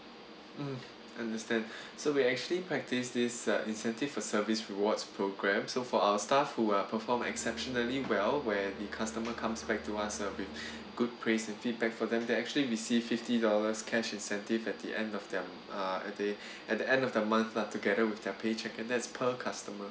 mm understand so we actually practice this uh incentive for service rewards program so for our staff who perform exceptionally well where the customer comes back to us with good praise and feedback for them they actually receive fifty dollars cash incentive at the end of their uh day at the end of the month lah together with their paycheck and that's per customer